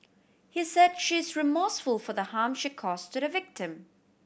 he said she is remorseful for the harm she cause to the victim